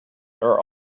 are